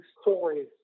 stories